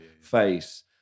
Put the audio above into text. face